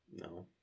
No